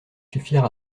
suffire